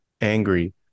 angry